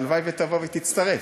והלוואי שתבוא ותצטרף.